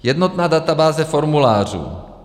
Jednotná databáze formulářů.